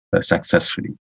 successfully